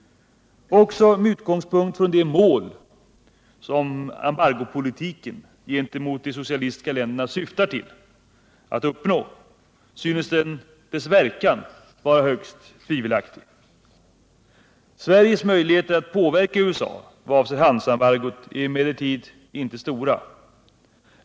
Också med utgångspunkt i de mål som embargopolitiken gentemot de socialistiska länderna syftar till att uppnå synes dess verkan vara högst tvivelaktig. Sveriges möjligheter att påverka USA vad avser handelsembargot är emellertid inte stora.